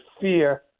fear